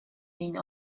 این